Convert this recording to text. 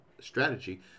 strategy